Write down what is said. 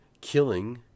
killing